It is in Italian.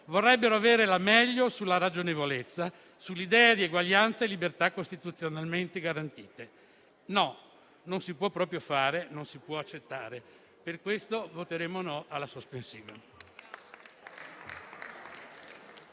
vorrebbero avere la meglio sulla ragionevolezza, sull'idea di eguaglianza e libertà costituzionalmente garantite. No, non si può proprio fare e non si può accettare. Per questo voteremo no alla questione